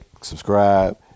subscribe